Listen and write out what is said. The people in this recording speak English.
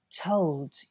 told